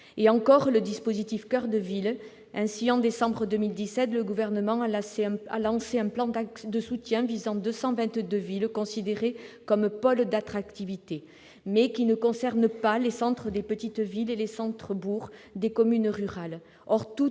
ou encore le dispositif « Action coeur de ville ». Ainsi, en décembre 2017, le Gouvernement a lancé un plan de soutien visant 222 villes considérées comme « pôles d'attractivité », mais qui ne concerne pas les centres des petites villes et les centres-bourgs des communes rurales.